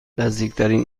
نزدیکترین